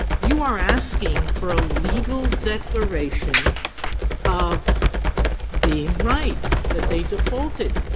you are asking for a legal declaration of being right, that they defaulted.